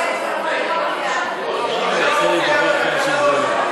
זה לא מופיע בתקנון,